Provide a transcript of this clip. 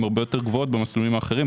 הן הרבה יותר גבוהות במסלולים האחרים,